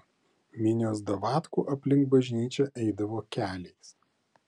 minios davatkų aplink bažnyčią eidavo keliais